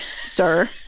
sir